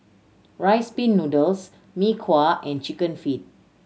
Rice Pin Noodles Mee Kuah and Chicken Feet